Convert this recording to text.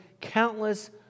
countless